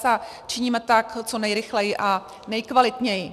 A činíme tak co nejrychleji a nejkvalitněji.